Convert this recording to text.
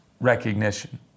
recognition